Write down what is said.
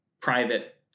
private